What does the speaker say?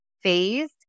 phase